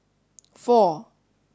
four